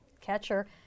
catcher